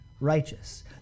righteous